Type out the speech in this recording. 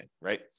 right